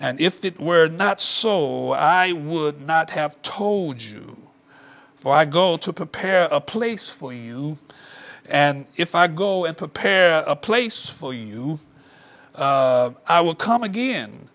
and if it were not so i would not have told you for i go to prepare a place for you and if i go and prepare a place for you i will come again